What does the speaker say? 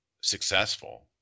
successful